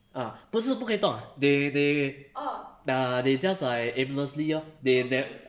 ah 不是不可以动 they they they just like aimlessly lor they then